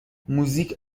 موزیک